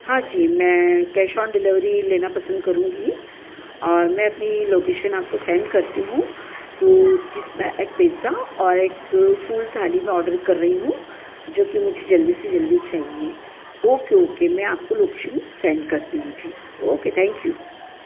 हाँ जी मैं कैश ऑन डिलिवरी लेना पसंद करूंगी और मैं अपनी लोकेशन आपको सेंड करती हूँ तो जिसमें एक पिज्जा एक फुल थाली मैं ऑर्डर कर रही हूँ जो कि मुझे जल्दी से जल्दी चाहिए ओके ओके मैं आपको लोकेशन सेंड करती हूँ जी ओके थैंक यू